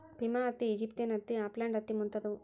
Pima ಹತ್ತಿ, Egyptian ಹತ್ತಿ, upland ಹತ್ತಿ ಮುಂತಾದವು